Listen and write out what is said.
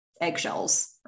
eggshells